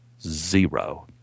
zero